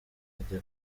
ajya